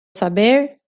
saber